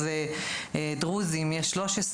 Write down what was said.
אז אצל הדרוזים יש 13,